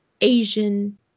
Asian